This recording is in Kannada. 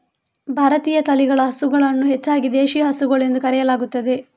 ಭಾರತೀಯ ತಳಿಗಳ ಹಸುಗಳನ್ನು ಹೆಚ್ಚಾಗಿ ದೇಶಿ ಹಸುಗಳು ಎಂದು ಕರೆಯಲಾಗುತ್ತದೆ